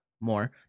More